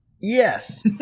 yes